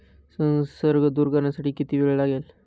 संसर्ग दूर करण्यासाठी किती वेळ लागेल?